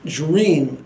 dream